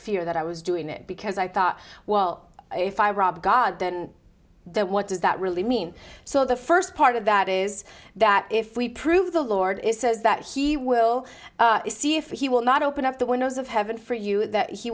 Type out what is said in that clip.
fear that i was doing it because i thought well if i robbed god then what does that really mean so the first part of that is that if we prove the lord is says that he will see if he will not open up the windows of heaven for you that he